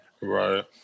Right